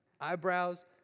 eyebrows